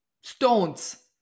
stones